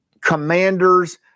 commanders